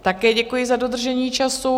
Také děkuji za dodržení času.